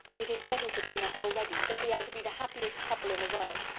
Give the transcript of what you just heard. it is settled between us already, that we are to be the happiest couple in the world.